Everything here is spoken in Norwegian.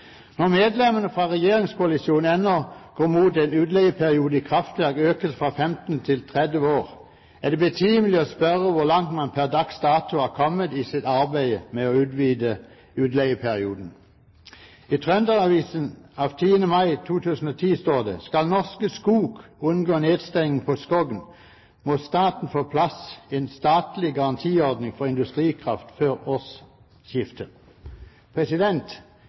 Når medlemmene fra regjeringskoalisjonen ennå går mot at utleieperioden for kraftverk økes fra 15 til 30 år, er det betimelig å spørre hvor langt man per dags dato har kommet i sitt arbeid med å utvide utleieperioden. I Trønder-Avisa av 10. mai 2010 står det: «Skal Norske Skog unngå nedstengning på Skogn må Staten få på plass en statlig garantiordning for industrikraft før